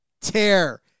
tear